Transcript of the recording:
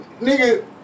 Nigga